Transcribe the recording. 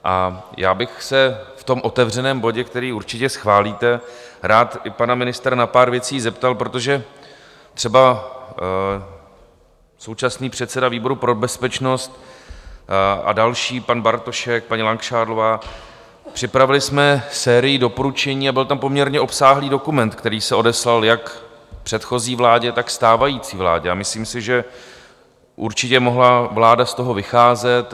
A já bych se v tom otevřeném bodě, který určitě schválíte, rád i pana ministra na pár věcí zeptal, protože třeba současný předseda výboru pro bezpečnost a další pan Bartošek, paní Langšádlová připravili jsme sérii doporučení a byl tam poměrně obsáhlý dokument, který se odeslal jak předchozí vládě, tak stávající vládě, a myslím si, že určitě mohla vláda z toho vycházet.